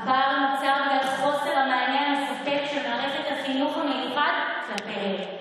הפער נוצר בגלל המענה הלא-מספק של מערכת החינוך המיוחד כלפיהם,